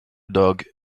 dog